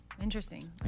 Interesting